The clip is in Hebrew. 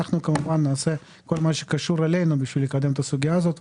אנחנו כמובן נעשה כל מה שקשור אלינו בשביל לקדם את הסוגייה הזאת.